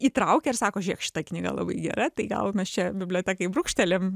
įtraukia ir sako žiūrėk šita knyga labai gera tai gal mes čia bibliotekai brūkštelim